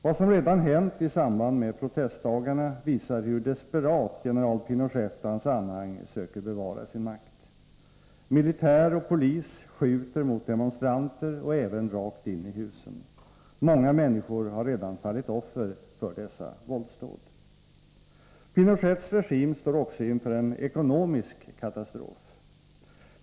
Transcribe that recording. Vad som redan hänt i samband med protestdagarna visar hur desperat general Pinochet och hans anhang söker bevara sin makt. Militär och polis skjuter mot demonstranter och även rakt in i husen. Många människor har redan fallit offer för dessa våldsdåd. Pinochets regim står också inför en ekonomisk katastrof.